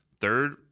third